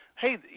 hey